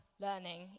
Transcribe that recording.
learning